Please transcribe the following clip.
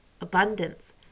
abundance